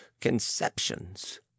conceptions